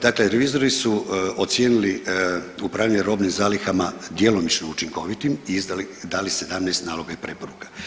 Dakle revizori su ocijenili upravljanje robnim zalihama djelomično učinkovitim i izdali, dali 17 naloga i preporuka.